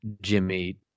Jimmy